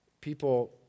People